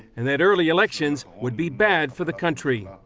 and that early elections would be bad for the country.